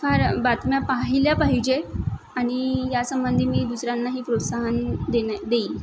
फार बातम्या पाहिल्या पाहिजे आणि या संबंधी मी दुसऱ्यांनाही प्रोत्साहन देन्या देईन